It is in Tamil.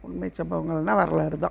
உண்மை சம்பவங்கள்னால் வரலாறுதான்